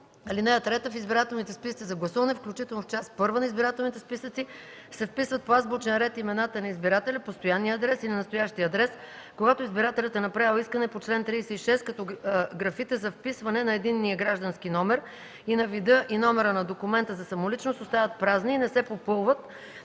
избор. (3) В избирателните списъци за гласуване, включително в част I на избирателните списъци, се вписват по азбучен ред имената на избирателя, постоянният адрес или настоящият адрес, когато избирателят е направил искане по чл. 36, като графите за вписване на единния граждански номер и на вида и номера на документа за самоличност остават празни и не се попълват